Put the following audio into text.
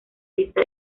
lista